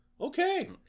Okay